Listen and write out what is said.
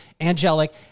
Angelic